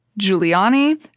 Giuliani